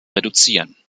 reduzieren